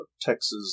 Texas